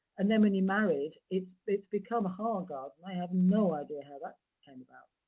and then when he married, it's it's become hargard. i have no idea how that came about,